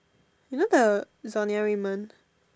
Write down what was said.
you know the zonia-Raymond